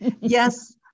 Yes